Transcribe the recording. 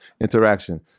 interaction